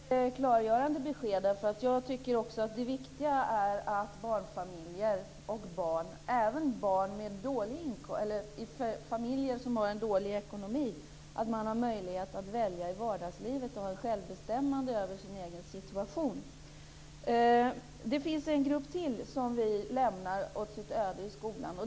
Fru talman! Det var ett klargörande besked. Jag tycker också att det viktiga är att även barnfamiljer som har en dålig ekonomi har möjlighet att välja i vardagslivet och har självbestämmande över sin egen situation. Det finns en grupp till som vi lämnar åt sitt öde i skolan.